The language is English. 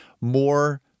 more